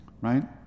right